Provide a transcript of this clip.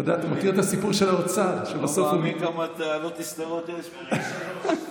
אתה לא מאמין כמה תעלות נסתרות יש פה.